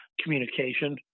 communication